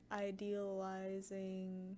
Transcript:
idealizing